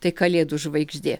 tai kalėdų žvaigždė